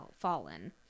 fallen